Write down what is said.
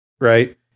Right